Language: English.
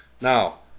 Now